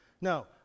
No